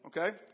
okay